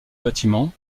bâtiment